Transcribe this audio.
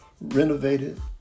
renovated